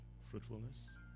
fruitfulness